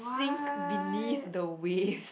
think beneath the ways